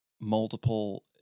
multiple